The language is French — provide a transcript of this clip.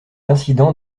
incident